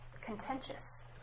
contentious